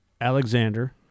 Alexander